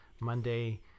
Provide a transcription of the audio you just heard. Monday